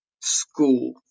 school